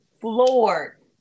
floored